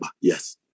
yes